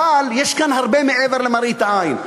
אבל יש כאן הרבה מעבר למראית עין.